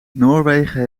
noorwegen